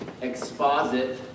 exposit